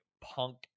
punk